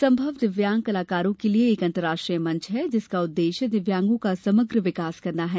संभव दिव्यांग कलाकारों के लिए एक अंतर्राष्ट्रीय मंच है जिसका उद्देश्य दिव्यांगों का समग्र विकास करना है